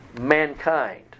mankind